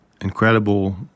incredible